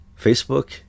facebook